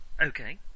Okay